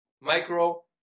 micro